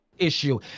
issue